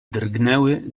drgnęły